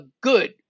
good